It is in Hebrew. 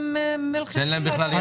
שאין להם מלכתחילה אפשרות.